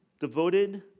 devoted